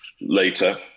later